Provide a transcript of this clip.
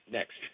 Next